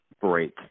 break